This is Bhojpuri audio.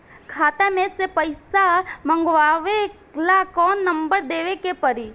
खाता मे से पईसा मँगवावे ला कौन नंबर देवे के पड़ी?